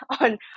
on